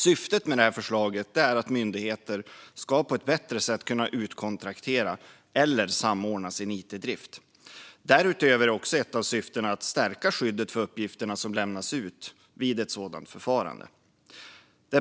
Syftet med detta förslag är att myndigheter på ett bättre sätt ska kunna utkontraktera eller samordna sin it-drift. Därutöver är också ett av syftena att stärka skyddet för uppgifterna som lämnas ut vid ett sådant förfarande.